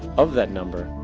of that number,